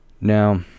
Now